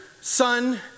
Son